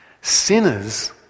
Sinners